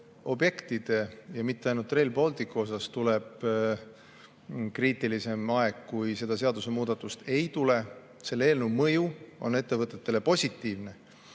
objektidel, ja mitte ainult Rail Balticul, tuleks kriitilisem aeg, kui seda seadusemuudatust ei tuleks. Selle eelnõu mõju on ettevõtetele positiivne.